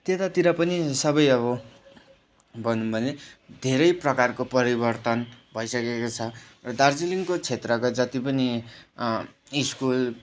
त्यतातिर पनि सबै अब भनौँ भने धेरै प्रकारको परिवर्तन भइसकेको छ र दार्जिलिङको क्षेत्रको जति पनि स्कुल